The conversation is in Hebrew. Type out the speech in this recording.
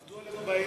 עבדו עליך בעיניים,